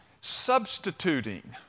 substituting